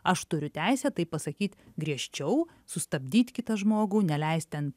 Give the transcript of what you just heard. aš turiu teisę tai pasakyt griežčiau sustabdyt kitą žmogų neleist ten